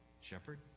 Shepherd